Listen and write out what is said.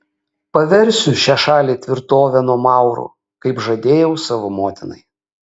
paversiu šią šalį tvirtove nuo maurų kaip žadėjau savo motinai